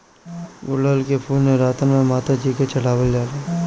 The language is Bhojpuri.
गुड़हल के फूल नवरातन में माता जी के चढ़ावल जाला